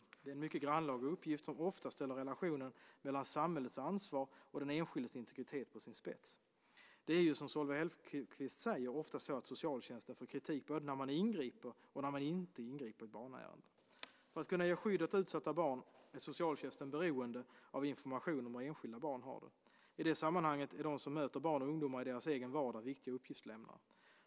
Det är en mycket grannlaga uppgift som ofta ställer relationen mellan samhällets ansvar och den enskildes integritet på sin spets. Det är, som Solveig Hellquist säger, ofta så att socialtjänsten får kritik både när man ingriper och när man inte ingriper i barnärenden. För att kunna ge skydd åt utsatta barn är socialtjänsten beroende av information om hur enskilda barn har det. I det sammanhanget är de som möter barn och ungdomar i deras egen vardag viktiga uppgiftslämnare.